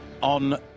on